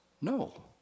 No